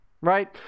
right